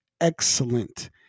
excellent